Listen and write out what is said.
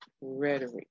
rhetoric